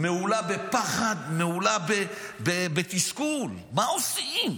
מהולה בפחד, מהולה בתסכול, מה עושים?